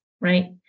right